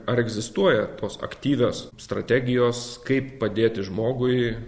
ar egzistuoja tos aktyvios strategijos kaip padėti žmogui